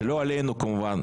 שלא עלינו כמובן,